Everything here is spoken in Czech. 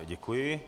Děkuji.